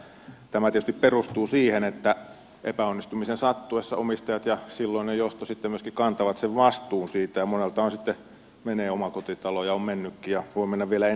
tämä tietysti perustuu siihen että epäonnistumisen sattuessa omistajat ja silloinen johto sitten myöskin kantavat sen vastuun siitä ja moneltahan sitten menee omakotitalo ja on mennytkin ja voi mennä vielä enemmänkin